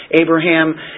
Abraham